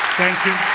thank you.